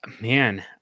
man